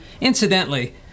Incidentally